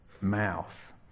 mouth